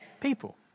people